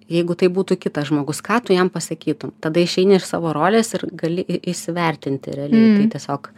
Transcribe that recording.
jeigu tai būtų kitas žmogus ką tu jam pasakytum tada išeini iš savo rolės ir gali į įsivertinti realiai tai tiesiog